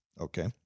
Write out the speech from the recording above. Okay